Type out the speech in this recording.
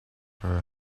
for